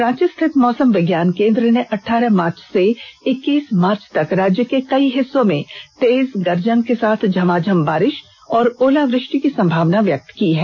रांची स्थित मौसम विज्ञान केंद्र ने अठारह मार्च से इक्कीस मार्च तक राज्य के कई हिस्सों में तेज गर्जन के साथ झमाझम बारिष और ओलावृष्टि की संभावना व्यक्त की है